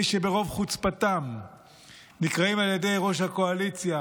מי שברוב חוצפתם נקראים על ידי ראש הקואליציה